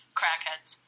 crackheads